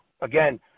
again